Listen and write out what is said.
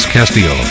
Castillo